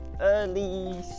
early